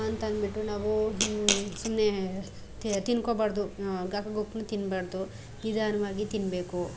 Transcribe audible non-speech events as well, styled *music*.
ಅಂತಂದ್ಬಿಟ್ಟು ನಾವೂ ಸುಮ್ಮನೆ ತಿಂದ್ಕೊಳ್ಬಾರ್ದು *unintelligible* ತಿನ್ನಬಾರ್ದು ನಿಧಾನವಾಗಿ ತಿನ್ನಬೇಕು